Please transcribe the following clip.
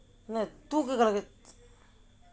தூக்கு களம்:thookku kalam